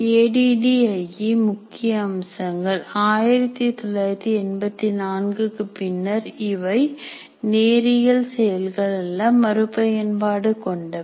A D D I E முக்கிய அம்சங்கள் 1984 க்கு பின்னர் இவை நேரியல் செயல்கள் அல்ல மறுபயன்பாடு கொண்டவை